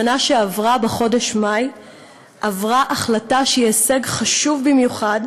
בשנה שעברה בחודש מאי עברה החלטה שהיא הישג חשוב במיוחד,